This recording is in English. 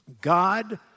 God